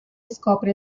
scopre